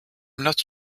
not